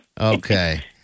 Okay